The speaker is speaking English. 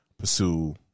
Pursue